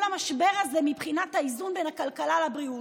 המשבר הזה מבחינת האיזון בין הכלכלה לבריאות,